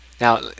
now